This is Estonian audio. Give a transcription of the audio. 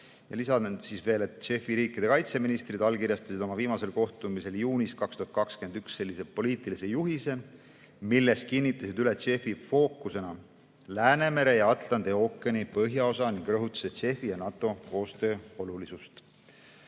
Lisan veel, et JEF‑i riikide kaitseministrid allkirjastasid oma viimasel kohtumisel 2021. aasta juunis sellise poliitilise juhise, milles kinnitasid üle JEF‑i fookusena Läänemere ja Atlandi ookeani põhjaosa ning rõhutasid JEF‑i ja NATO koostöö olulisust.